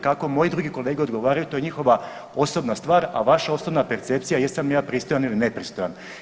Kako moji drugi kolege odgovaraju, to je njihova osobna stvar, a vaša osobna percepcija jesam li ja pristojan ili nepristojan.